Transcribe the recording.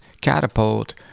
catapult